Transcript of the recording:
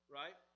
right